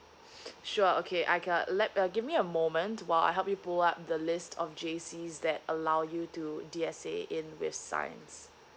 sure okay I can uh let uh give me a moment while I help you pull up the list of J_C's that allow you to D_S_A in with science